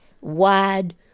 wide